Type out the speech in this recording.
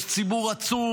יש ציבור עצום,